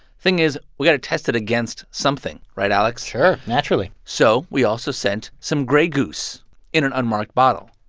thing is we got to test it against something, right, alex? sure, naturally so we also sent some grey goose in an unmarked bottle.